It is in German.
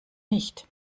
nicht